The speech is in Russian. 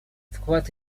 вклад